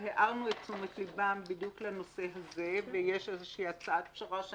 הערנו את תשומת לבם בדיוק לנושא הזה ויש איזושהי הצעת פשרה,